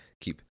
keep